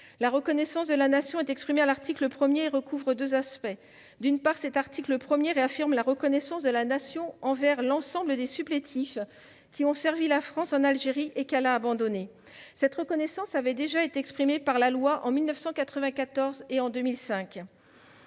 La reconnaissance de la Nation, exprimée à l'article 1, recouvre deux aspects. D'une part, cet article réaffirme la reconnaissance de la Nation envers l'ensemble des supplétifs qui ont servi la France en Algérie et qu'elle a abandonnés. Cette reconnaissance avait déjà été exprimée par la loi en 1994 et en 2005.